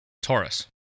Taurus